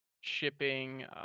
shipping